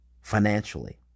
financially